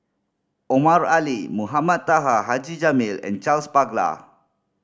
Omar Ali Mohamed Taha Haji Jamil and Charles Paglar